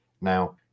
now